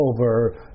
over